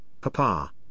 papa